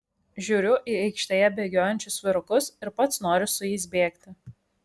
žiūriu į aikštėje bėgiojančius vyrukus ir pats noriu su jais bėgti